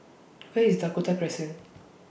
Where IS Dakota Crescent